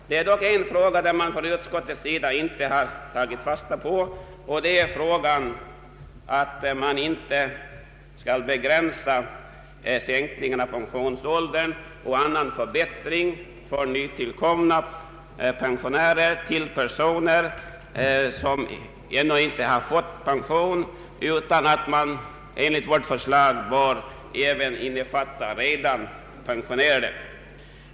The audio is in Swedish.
Det är dock en fråga som man från utskottets sida inte har tagit fasta på, nämligen frågan om att inte begränsa sänkningen av pensionsåldern och annan förbättring för nytillkomna pensionärer till personer som ännu inte har fått pension. Enligt vårt förslag bör de förbättrade förmånerna omfatta också dem som redan är pensionärer.